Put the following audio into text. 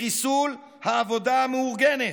לחיסול העבודה המאורגנת,